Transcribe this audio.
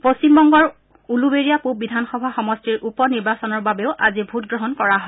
পশ্চিমবংগৰ উলুবেৰীয়া পূৱ বিধানসভা সমষ্টিৰ উপ নিৰ্বাচনৰ বাবেও আজি ভোটগ্ৰহণ কৰা হয়